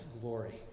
glory